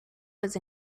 was